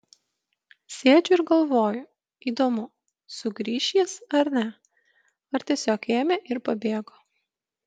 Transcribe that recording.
sėdžiu ir galvoju įdomu sugrįš jis ar ne ar tiesiog ėmė ir pabėgo